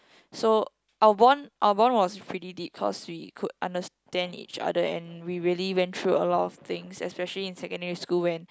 so our bond our bond was pretty deep cause we could understand each other and we really went through a lot of things especially in secondary school when